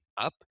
up